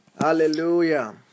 hallelujah